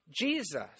Jesus